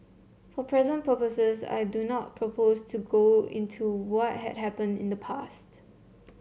for present purposes I do not propose to go into what had happened in the past